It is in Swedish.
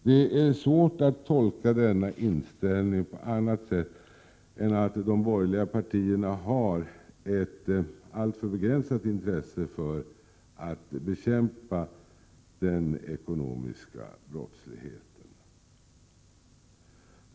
Det är svårt att tolka denna inställning på annat sätt än att de borgerliga partierna har ett alltför begränsat intresse att bekämpa den ekonomiska brottsligheten.